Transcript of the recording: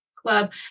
Club